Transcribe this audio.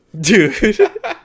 dude